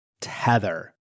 Tether